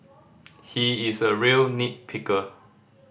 he is a real nit picker